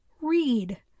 Read